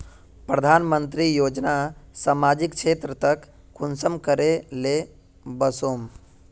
प्रधानमंत्री योजना सामाजिक क्षेत्र तक कुंसम करे ले वसुम?